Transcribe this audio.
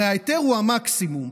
הרי ההיתר הוא המקסימום,